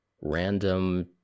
random